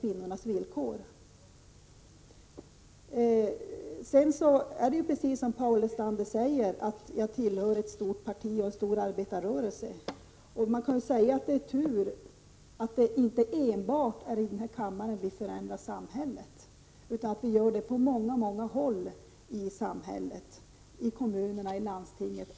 Jag tillhör, precis som Paul Lestander säger, ett stort parti och en stor arbetarrörelse. Man kan säga att det är tur att det inte är enbart i denna kammare vi förändrar samhället, utan att vi gör det på många håll, i kommunerna och i landstingen.